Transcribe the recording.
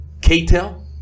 K-Tel